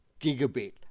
gigabit